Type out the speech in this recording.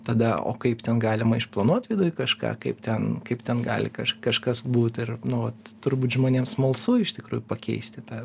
tada o kaip ten galima išplanuot viduj kažką kaip ten kaip ten gali kažkas būt ir nu vat turbūt žmonėm smalsu iš tikrųjų pakeisti tą